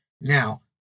Now